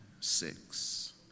six